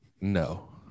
No